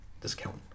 Discount